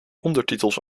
ondertitels